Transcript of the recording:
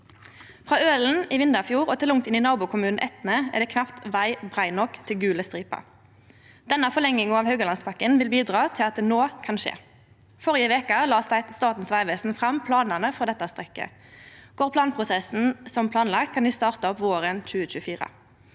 Frå Ølen i Vindafjord og til langt inn i nabokommunen Etne er det knapt veg brei nok til gul stripe. Denne forlenginga av Haugalandspakken vil bidra til at det no kan skje. Førre veke la Statens vegvesen fram planane for dette strekket. Går planprosessen som planlagd, kan dei starta opp våren 2024.